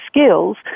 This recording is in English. skills